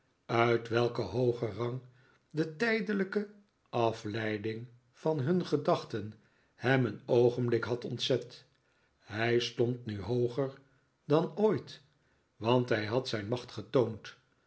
uit welken hoogen rang de tijdelijke afleiding van hun gedachten hem een oogenblik had ontzet hij stond nu hooger dan ooit want hij had zijn macht getoond